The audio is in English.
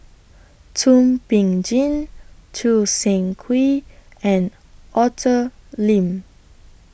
Thum Ping Tjin Choo Seng Quee and Arthur Lim